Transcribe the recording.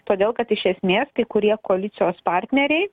todėl kad iš esmės kai kurie koalicijos partneriai